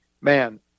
man